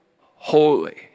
holy